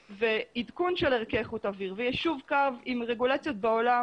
עדכון של ערכי איכות האוויר ויישור קו עם רגולציות בעולם,